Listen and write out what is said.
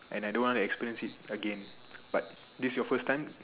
and I don't want to experience it again but this is your first time